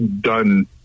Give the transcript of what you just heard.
done